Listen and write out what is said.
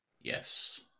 Yes